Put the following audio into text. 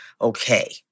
okay